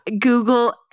google